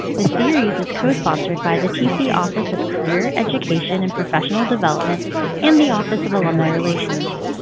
the series is co-sponsored by the tc office of career education and professional development and the office of alumni relations.